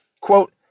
quote